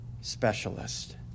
specialist